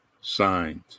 Signed